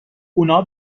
اونا